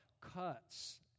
cuts